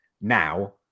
now